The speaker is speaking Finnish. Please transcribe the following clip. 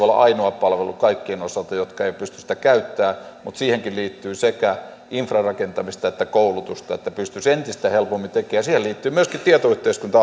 olla ainoa palvelu niiden osalta jotka eivät pysty sitä käyttämään siihenkin liittyy sekä infrarakentamista että koulutusta että pystyisi entistä helpommin tekemään siihen liittyy myöskin tietoyhteiskunta